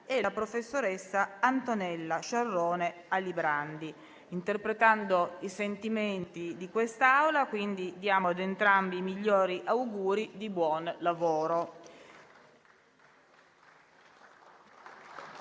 e la professoressa Antonella Sciarrone Alibrandi. Interpretando i sentimenti di quest'Aula, esprimo ad entrambi i migliori auguri di buon lavoro.